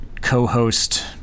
co-host